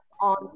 on